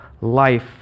life